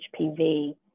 HPV